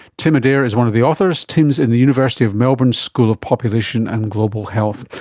tim adair is one of the authors. tim is in the university of melbourne's school of population and global health.